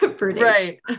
Right